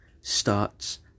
starts